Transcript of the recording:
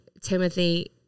Timothy